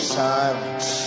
silence